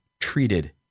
treated